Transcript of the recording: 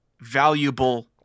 valuable